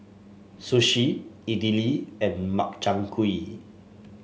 Sushi Idili and Makchang Gui